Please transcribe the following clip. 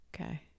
okay